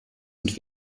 und